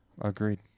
Agreed